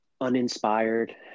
uninspired